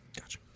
Gotcha